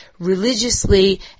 religiously